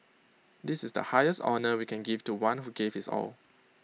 this is the highest honour we can give to one who gave his all